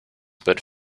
but